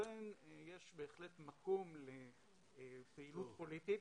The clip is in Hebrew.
לכן יש בהחלט מקום לפעילות פוליטית.